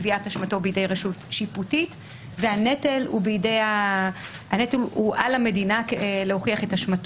קביעת אשמתו בידי רשות שיפוטית והנטל הוא על המדינה להוכיח את אשמתו.